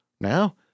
Now